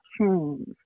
change